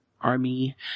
army